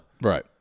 Right